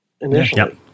initially